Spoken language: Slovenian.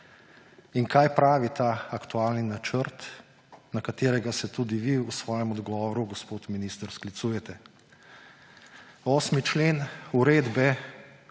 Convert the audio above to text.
In kaj pravi ta aktualni načrt, na katerega se tudi vi v svojem odgovoru, gospod minister, sklicujete? 8. člen Uredbe